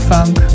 Funk